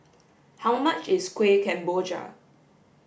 how much is Kueh Kemboja